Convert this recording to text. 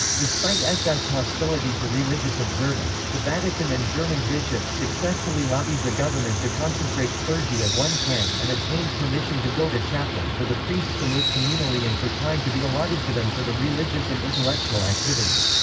despite ss hostility to religious observance, the vatican and german bishops successfully lobbied the government to concentrate clergy at one camp and obtained permission to build a chapel, for the priests to live communally and for time to be allotted to them for the religious and intellectual activity.